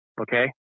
Okay